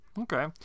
Okay